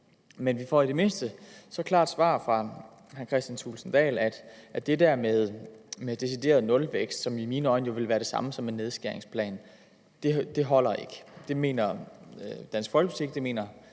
Men vi får i det mindste så et klart svar fra hr. Kristian Thulesen Dahl, nemlig at det der med decideret nulvækst, som i mine øjne jo vil være det samme som en nedskæringsplan, ikke holder. Det mener Dansk Folkeparti ikke, det mener